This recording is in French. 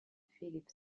philippe